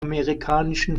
amerikanischen